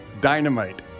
Dynamite